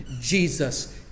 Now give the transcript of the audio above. Jesus